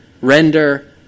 render